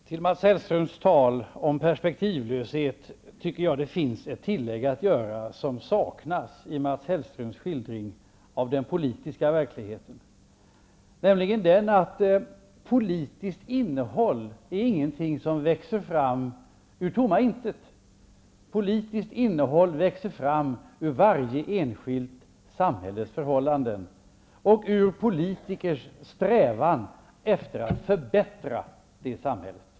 Herr talman! Till Mats Hellströms tal om perspektivlöshet tycker jag att det finns ett tillägg att göra som saknas i Mats Hellströms skildring av den politiska verkligheten, nämligen att politiskt innehåll inte är någonting som växer fram ur tomma intet -- politiskt innehåll växer fram ur varje enskilt samhälles förhållanden och ur politikers strävan att förbättra det samhället.